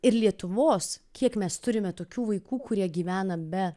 ir lietuvos kiek mes turime tokių vaikų kurie gyvena be